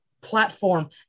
platform